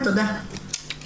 תודה.